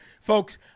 Folks